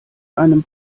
einem